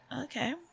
Okay